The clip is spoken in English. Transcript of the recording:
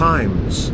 Times